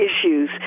issues